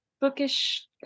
bookish